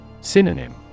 Synonym